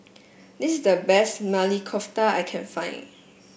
this is the best Maili Kofta I can find